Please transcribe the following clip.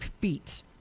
feet